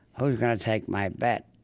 who's going to take my bet,